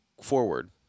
forward